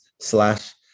slash